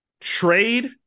trade